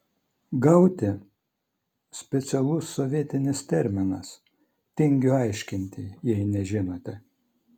gauti specialus sovietinis terminas tingiu aiškinti jei nežinote